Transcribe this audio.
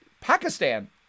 Pakistan